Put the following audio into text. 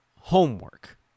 homework